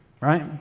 right